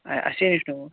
آ اَسے نِش نِیٛوٗوٕ